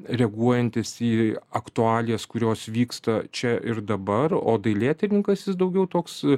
reaguojantis į aktualijas kurios vyksta čia ir dabar o dailėtyrininkas jis daugiau toks